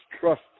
trust